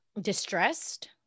Distressed